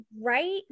Right